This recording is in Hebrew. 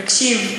תקשיב,